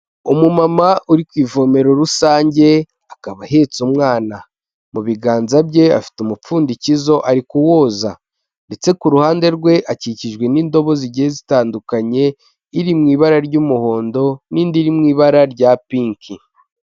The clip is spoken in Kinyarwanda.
Umumama uri ku ivomero rusange, akaba ahetse umwana. Mu biganza bye afite umupfundikizo ari kuwoza ndetse ku ruhande rwe, akikijwe n'indobo zigiye zitandukanye, iri mu ibara ry'umuhondo n'indi iri mu ibara rya pinki.